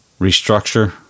Restructure